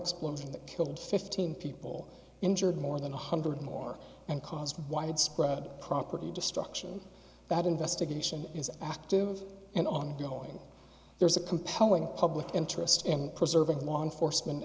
explosion that killed fifteen people injured more than one hundred more and caused widespread property destruction that investigation is active and ongoing there is a compelling public interest in preserving law enforcement